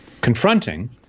confronting